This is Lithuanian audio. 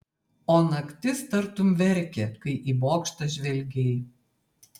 o naktis tartum verkė kai į bokštą žvelgei